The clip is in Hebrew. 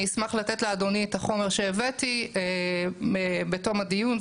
אני אשמח לתת לאדוני את החומר שהבאתי בסוף הדיון.